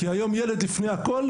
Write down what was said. כי היום ילד לפני הכול,